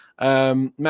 Matt